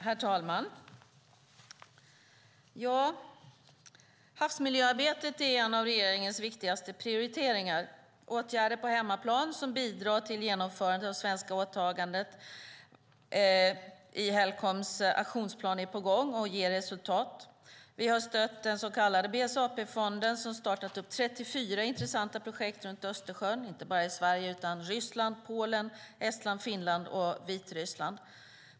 Herr talman! Havsmiljöarbetet är en av regeringens viktigaste prioriteringar. Åtgärder på hemmaplan som bidrar till genomförandet av det svenska åtagandet i Helcoms aktionsplan är på gång och ger resultat. Vi har stött den så kallade BSAP-fonden, som har startat 34 intressanta projekt runt Östersjön, inte bara i Sverige utan också i Ryssland, Polen, Estland, Finland och Vitryssland.